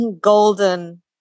golden